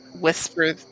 whisper